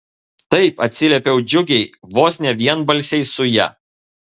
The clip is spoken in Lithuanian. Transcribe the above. taip atsiliepiau džiugiai vos ne vienbalsiai su ja